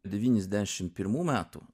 devyniasdešimt pirmų metų